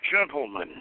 gentlemen